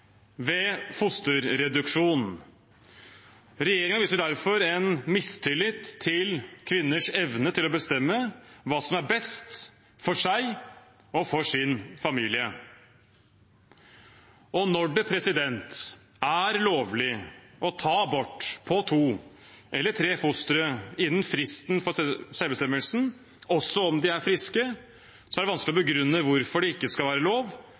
ved fosterreduksjon. Regjeringen viser derfor en mistillit til kvinners evne til å bestemme hva som er best for seg og sin familie. Når det er lovlig å ta abort på to eller tre fostre innen fristen for selvbestemmelse, også om de er friske, er det vanskelig å begrunne hvorfor det ikke skal være lov